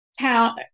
town